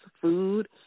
food